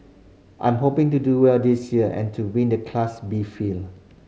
I'm hoping to do well this year and to win the Class B field